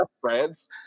friends